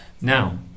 Now